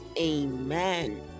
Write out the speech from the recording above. amen